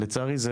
לצערי זה